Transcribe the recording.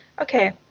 Okay